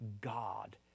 God